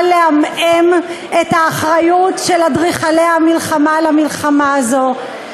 לעמעם את האחריות של אדריכלי המלחמה למלחמה הזאת,